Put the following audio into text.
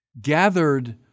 gathered